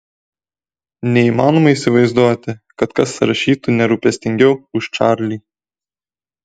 neįmanoma įsivaizduoti kad kas rašytų nerūpestingiau už čarlį